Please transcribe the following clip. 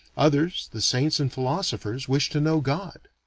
others, the saints and philosophers, wish to know god.